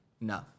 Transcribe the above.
no